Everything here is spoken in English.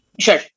Sure